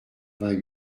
vingt